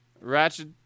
Ratchet